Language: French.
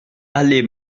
allée